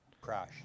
Crash